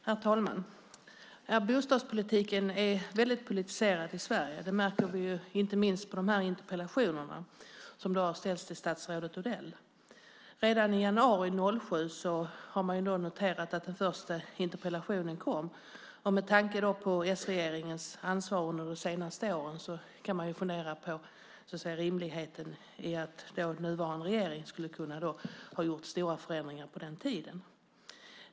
Herr talman! Bostadspolitiken är väldigt politiserad i Sverige. Det märker vi inte minst på de interpellationer som har ställts till statsrådet Odell. Redan i januari 2007 noterades att den första interpellationen kom. Med tanke på s-regeringens ansvar under de senaste åren kan man fundera på rimligheten i att nuvarande regering skulle kunna ha gjort stora förändringar på så kort tid.